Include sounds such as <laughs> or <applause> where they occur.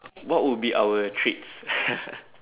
what would be our treats <laughs>